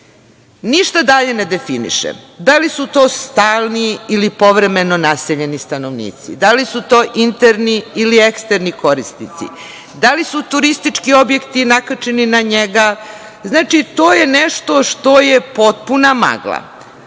ništa dalje ne definiše, da li su to stalni ili povremeno naseljeni stanovnici, da li su to interni ili eksterni korisnici, da li su turistički objekti nakačeni na njega? Znači to je nešto što je potpuna magla.